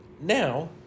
now